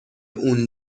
اون